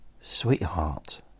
Sweetheart